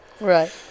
right